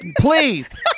Please